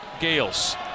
Gales